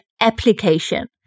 application